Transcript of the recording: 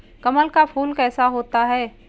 कमल का फूल कैसा होता है?